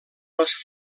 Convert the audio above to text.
les